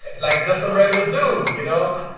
like just some regular, dude, you know?